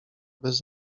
bez